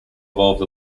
evolved